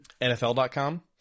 NFL.com